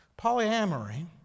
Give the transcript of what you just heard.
polyamory